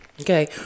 okay